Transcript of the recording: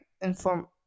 inform